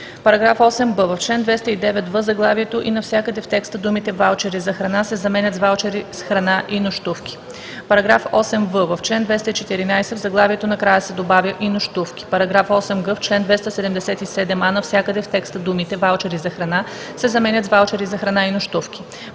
„§ 8б. В чл. 209 в заглавието и навсякъде в текста думите „ваучери за храна“ се заменят с „ваучери с храна и нощувки“.“ „§ 8в. В чл. 214 в заглавието накрая се добавя „и нощувки“.“ „§ 8г. В чл. 277а. навсякъде в текста думите „ваучери за храна“ се заменят с „ваучери за храна и нощувки“.“